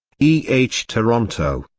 e h. toronto.